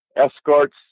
escorts